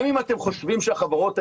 גם אם אתם חושבים שהחברות האלה,